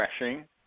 refreshing